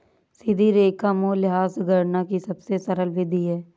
सीधी रेखा मूल्यह्रास गणना की सबसे सरल विधि है